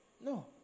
No